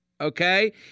okay